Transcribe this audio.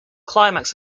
climax